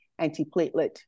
antiplatelet